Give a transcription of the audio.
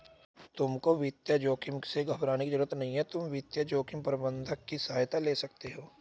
तुमको वित्तीय जोखिम से घबराने की जरूरत नहीं है, तुम वित्तीय जोखिम प्रबंधन की सहायता ले सकते हो